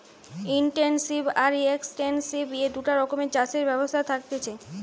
intensive আর extensive এই দুটা রকমের চাষের ব্যবস্থা থাকতিছে